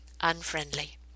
unfriendly